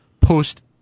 post